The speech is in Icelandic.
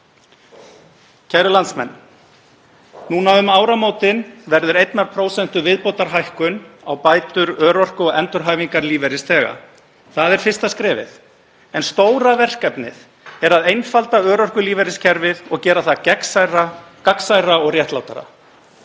Kæru landsmenn. Núna um áramótin verður 1% viðbótarhækkun á bætur örorku- og endurhæfingarlífeyrisþega. Það er fyrsta skrefið. En stóra verkefnið er að einfalda örorkulífeyriskerfið og gera það gagnsærra og réttlátara.